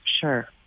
Sure